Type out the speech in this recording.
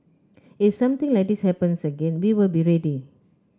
if something like this happens again we will be ready